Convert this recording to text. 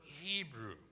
Hebrew